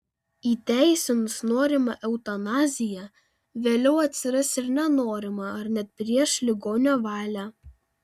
įteisinus norimą eutanaziją vėliau atsiras ir nenorima ar net prieš ligonio valią